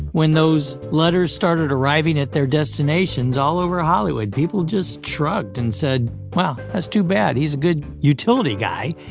when those letters started arriving at their destinations, all over hollywood, people just shrugged and said, well, that's too bad. he's a good utility guy.